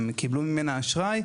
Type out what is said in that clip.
הם קיבלו ממנה אשראי,